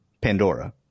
Pandora